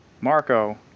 Marco